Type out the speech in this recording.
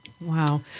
Wow